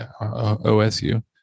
OSU